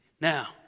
Now